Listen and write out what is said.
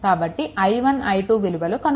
కాబట్టి i1 i2 విలువలు కనుక్కోవాలి